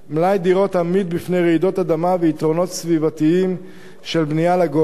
מלאי דירות עמיד בפני רעידות אדמה ויתרונות סביבתיים של בנייה לגובה.